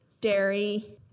dairy